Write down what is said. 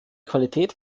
qualität